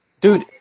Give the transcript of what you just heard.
Dude